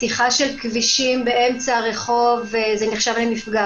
פתיחה של כבישים באמצע הרחוב זה נחשב למפגע.